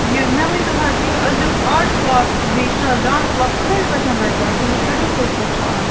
یہِ مےٚ ؤنۍتو حظ یہِ أزیُک آرٹ کٕلاس تہٕ بیٚیہِ چھُنہٕ حظ ڈانٕس کٕلاس سُہ کٔژِ بَجَن لَگہِ اَز تَمیُک شیڈیوٗل کٔژِ بَجہِ چھُ اَز